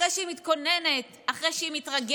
אחרי שהיא מתכוננת, אחרי שהיא מתרגשת.